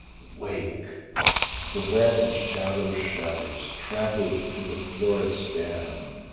wake the vaulted shadow shatters, trampled to the floor it spanned,